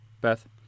Beth